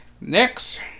next